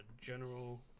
General